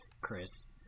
chris